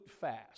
fast